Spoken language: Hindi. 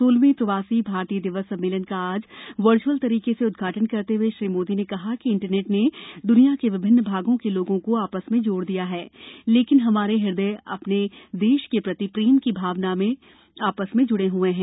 सोलहवें प्रवासी भारतीय दिवस सम्मेंलन का आज वर्चुअल तरीके से उद्घाटन करते हुए श्री मोदी ने कहा कि इंटरनेट ने दुनिया के विभिन्नं भागों के लोगों को आपस में जोड़ दिया है लेकिन हमारे हृदय अपने देश के प्रति प्रेम की भावना से आपस में जुड़े हए हैं